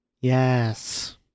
Yes